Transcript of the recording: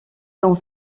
dans